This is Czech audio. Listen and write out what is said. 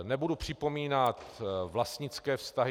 Nebudu připomínat vlastnické vztahy.